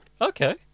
Okay